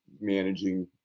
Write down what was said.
managing